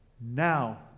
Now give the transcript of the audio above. Now